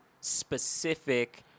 specific